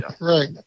Right